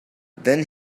then